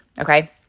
Okay